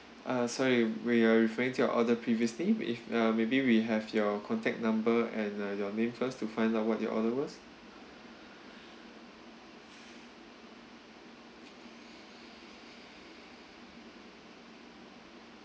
uh sorry we are referring to your order previously if uh maybe we have your contact number and uh your name first to find out what you ordered was